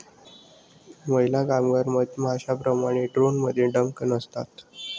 महिला कामगार मधमाश्यांप्रमाणे, ड्रोनमध्ये डंक नसतात